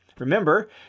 Remember